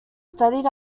studied